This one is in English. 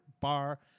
bar